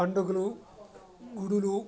పండుగలు గుడులు